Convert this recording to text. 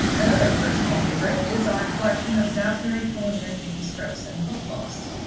another personal favorite is our collection of szathmary culinary manuscripts and cookbooks.